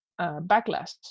backlash